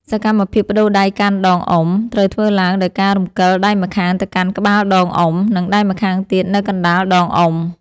សកម្មភាពប្ដូរដៃកាន់ដងអុំ ត្រូវធ្វើឡើងដោយការរំកិលដៃម្ខាងទៅកាន់ក្បាលដងអុំ និងដៃម្ខាងទៀតនៅកណ្ដាលដងអុំ។